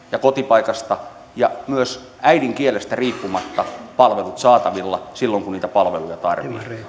ja kotipaikasta ja myös äidinkielestä riippumatta palvelut saatavilla silloin kun niitä palveluja tarvitsee